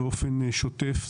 אבל אדוני, אני אומר עוד פעם.